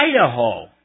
Idaho